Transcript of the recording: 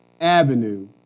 Avenue